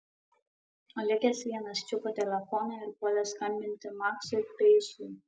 likęs vienas čiupo telefoną ir puolė skambinti maksui peisui